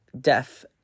death